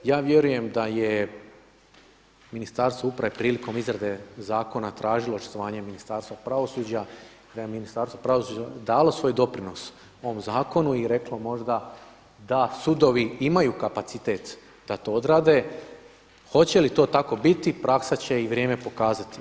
Ja vjerujem da je Ministarstvo uprave prilikom uprave izrade zakona tražilo očitovanje Ministarstva pravosuđa, da je Ministarstvo pravosuđa dalo svoj doprinos ovom zakonu i reklo možda da sudovi imaju kapacitet da to odrade, hoće li to tako biti, praksa će i vrijeme pokazati.